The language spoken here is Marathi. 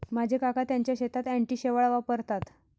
माझे काका त्यांच्या शेतात अँटी शेवाळ वापरतात